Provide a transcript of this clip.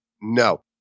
No